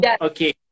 okay